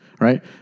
right